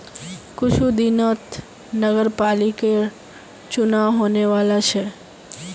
कुछू दिनत नगरपालिकर चुनाव होने वाला छ